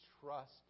trust